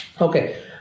Okay